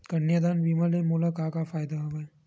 कन्यादान बीमा ले मोला का का फ़ायदा हवय?